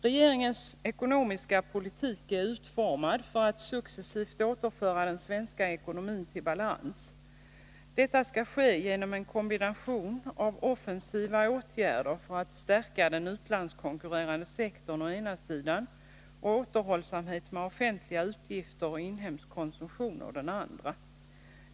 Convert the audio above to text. Regeringens ekonomiska politik är utformad för att successivt återföra den svenska ekonomin till balans. Detta skall ske genom en kombination av offensiva åtgärder för att stärka den utlandskonkurrerande sektorn å den ena sidan och återhållsamhet med offentliga utgifter och inhemsk konsumtion å den andra.